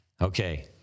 Okay